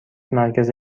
مرکز